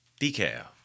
Decal